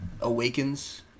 awakens